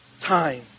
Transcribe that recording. Time